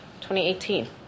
2018